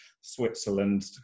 Switzerland